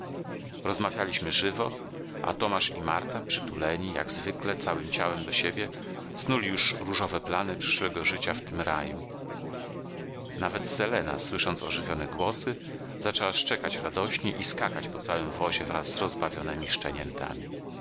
rozmawialiśmy żywo a tomasz i marta przytuleni jak zwykle całym ciałem do siebie snuli już różowe plany przyszłego życia w tym raju nawet selena słysząc ożywione głosy zaczęła szczekać radośnie i skakać po całym wozie wraz z rozbawionemi szczeniętami tak